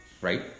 Right